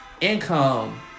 income